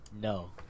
No